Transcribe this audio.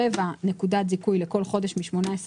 1/4 נקודת זיכוי לכל חודש משמונה־עשר